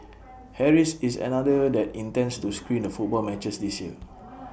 Harry's is another that intends to screen the football matches this year